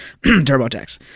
TurboTax